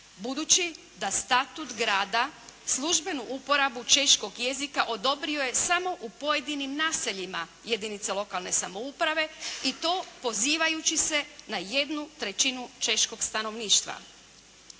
Budući da statut grada službenu uporabu češkog jezika odobrio je samo u pojedinim naseljima jedinica lokalne samouprave i to pozivajući se na jednu trećinu češkog stanovništva.